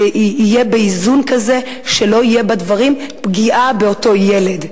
זה יהיה באיזון כזה שלא יהיה בדברים פגיעה באותו ילד,